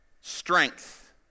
strength